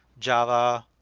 java.